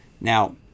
Now